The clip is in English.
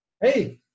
Hey